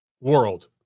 world